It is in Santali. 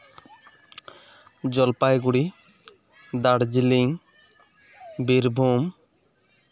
ᱡᱚᱞᱯᱟᱭᱜᱩᱲᱤ ᱫᱟᱨᱡᱤᱞᱤᱝ ᱵᱤᱨᱵᱷᱩᱢ